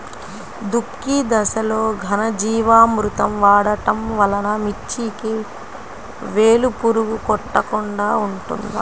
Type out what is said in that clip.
దుక్కి దశలో ఘనజీవామృతం వాడటం వలన మిర్చికి వేలు పురుగు కొట్టకుండా ఉంటుంది?